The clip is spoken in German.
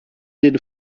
den